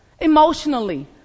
Emotionally